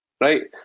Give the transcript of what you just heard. right